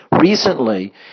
Recently